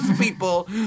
people